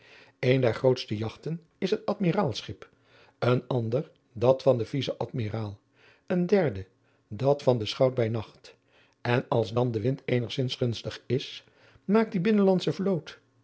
een der grootste jagten is het admiraalschip een ander dat van den vice-admiraal een derde dat van den schout bij racht en als dan de wind eenigzins gunstig is maakt die binnenlandsche vloot